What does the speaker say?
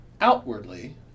outwardly